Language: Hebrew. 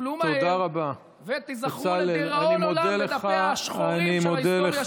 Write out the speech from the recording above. תיפלו מיהר ותיזכרו לדיראון עולם בדפיה השחורים של ההיסטוריה של ימינו.